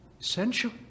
essential